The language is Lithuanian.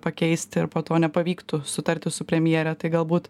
pakeisti ir po to nepavyktų sutarti su premjere tai galbūt